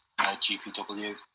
GPW